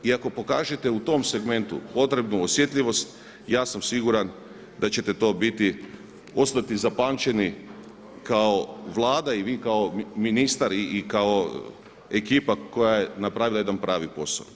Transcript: I ako pokažete u tom segmentu potrebnu osjetljivost ja sam siguran da ćete to biti, ostati zapamćeni kao Vlada i vi kao ministar i kao ekipa koja je napravila jedan pravi posao.